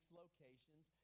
locations